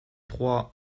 trois